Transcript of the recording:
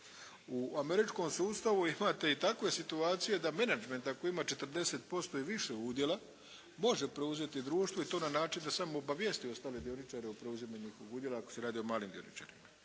U američkom sustavu imate i takve situacije da menadžment ako ima 40% i više udjela, može preuzeti društvo i to na način da samo obavijesti ostale dioničare o preuzimanju udjela ako se radi o malim dioničarima.